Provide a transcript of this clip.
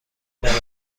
برای